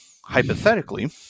hypothetically